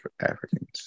Africans